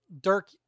Dirk